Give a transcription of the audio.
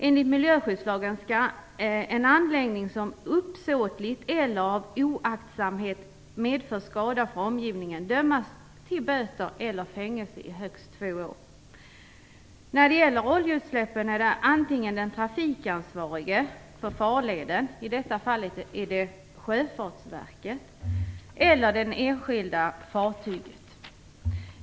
Enligt miljöskyddslagen skall den som uppsåtligt eller av oaktsamhet medför skada för omgivningen dömas till böter eller fängelse i högst två år. När det gäller oljeutsläppen är det antingen den trafikansvarige för farleden, i detta fall Sjöfartsverket, eller det enskilda fartyget.